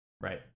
Right